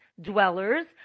dwellers